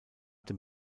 dem